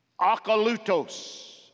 Akalutos